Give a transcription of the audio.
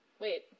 Wait